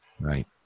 Right